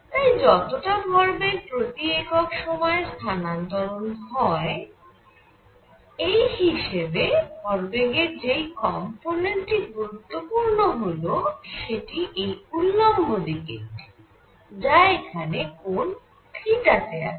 তাই যতটা ভরবেগ প্রতি একক সময়ে স্থানান্তরণ হয় এই হিসেবে ভরবেগের যেই কম্পোনেন্ট টি গুরুত্বপূর্ণ সেটি হল এই উল্লম্ব দিকের টি যা এখানে কোণ থিটা তে আছে